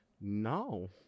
no